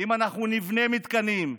אם אנחנו נבנה מתקנים,